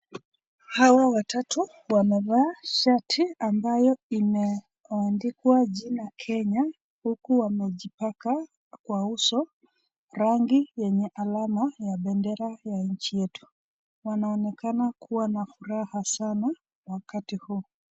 Hawa watatu wamevaa shati ambayo imeandikwa jina Kenya huku wamejipaka kwa uso rangi yenye alama ya bendera ya nchi yetu. Wanaonekana kuwa na furaha sana wakati huu.